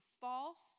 false